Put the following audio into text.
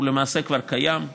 הוא למעשה כבר קיים,